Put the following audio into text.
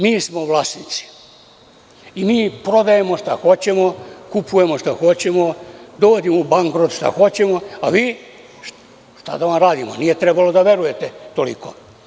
Mi smo vlasnici i mi prodajemo šta hoćemo, kupujemo šta hoćemo, dovodimo u „ban brod“ šta hoćemo, a vi, šta da vam radimo, nije trebalo da verujete toliko.